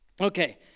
Okay